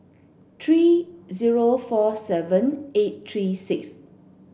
three zero four seven eight three six